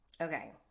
Okay